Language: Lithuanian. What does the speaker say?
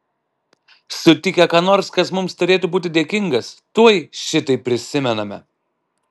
sutikę ką nors kas mums turėtų būti dėkingas tuoj šitai prisimename